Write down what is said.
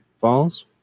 Falls